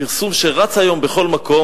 פרסום שרץ היום בכל מקום,